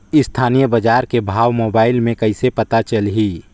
स्थानीय बजार के भाव मोबाइल मे कइसे पता चलही?